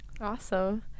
Awesome